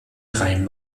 rhein